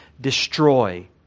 destroy